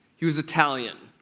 he was italian.